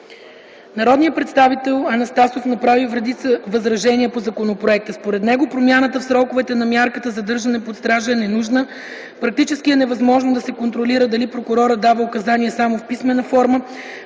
Народният представител Анастасов направи редица възражения по законопроекта. Според него промяната в сроковете на мярката задържане под стража е ненужна, практически е невъзможно да се контролира дали прокурорът дава указания само в писмена форма,